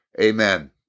Amen